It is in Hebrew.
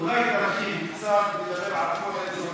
אולי תרחיב קצת ותדבר על כל האזרחים,